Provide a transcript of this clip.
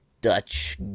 Dutch